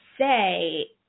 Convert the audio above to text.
say